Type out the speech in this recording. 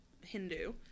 hindu